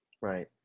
Right